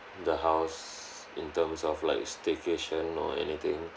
the house in terms of like staycation or anything